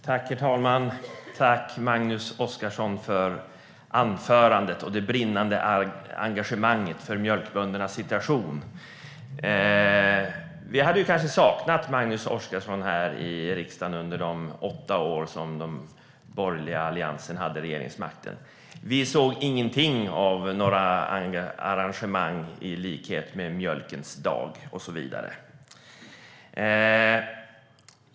Herr talman! Jag tackar Magnus Oscarsson för anförandet och det brinnande engagemanget för mjölkböndernas situation. Under de åtta år då den borgerliga alliansen hade regeringsmakten saknade vi ledamöter som Magnus Oscarsson här i riksdagen. Då såg vi ingenting av några arrangemang som Mjölkens dag och så vidare.